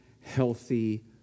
healthy